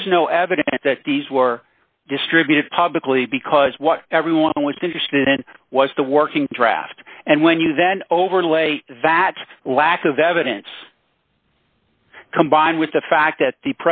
is no evidence that these were distributed publicly because what everyone was interested in was the working draft and when you then overlay that lack of evidence combined with the fact that the